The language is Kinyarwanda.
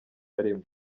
arimo